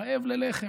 רעב ללחם.